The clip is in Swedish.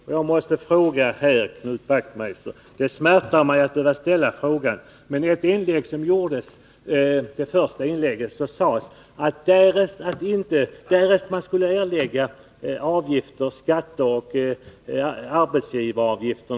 beträffande grå IKnut Wachtmeisters första inlägg ifrågasatte han hur många reparationer — arbetskraft, m.m. som skulle bli utförda därest man skulle erlägga skatter och arbetsgivaravgifter.